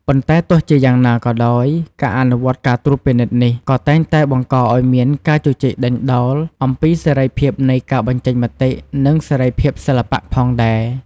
ប៉ុន្តែទោះបីជាយ៉ាងណាក៏ដោយ ការអនុវត្តការត្រួតពិនិត្យនេះ ក៏តែងតែបង្កឲ្យមាន ការជជែកដេញដោលអំពីសេរីភាពនៃការបញ្ចេញមតិ និងសេរីភាពសិល្បៈ ផងដែរ។